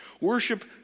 Worship